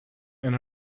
and